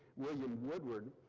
william woodward,